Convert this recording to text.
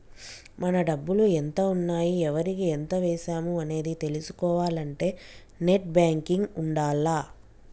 మన డబ్బులు ఎంత ఉన్నాయి ఎవరికి ఎంత వేశాము అనేది తెలుసుకోవాలంటే నెట్ బ్యేంకింగ్ ఉండాల్ల